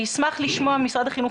אני אשמח לשמוע ממשרד החינוך,